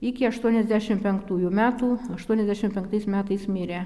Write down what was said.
iki aštuoniasdešim penktųjų metų aštuoniasdešim penktais metais mirė